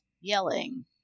yelling